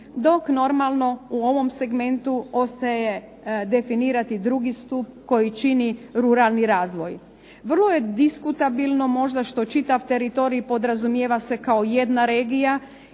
dok normalno u ovom segmentu ostaje definirati drugi stup koji čini ruralni razvoj. Vrlo je diskutabilno što čitav teritorij podrazumijeva kao jedna regija